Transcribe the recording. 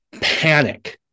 Panic